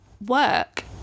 work